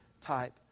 type